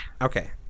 Okay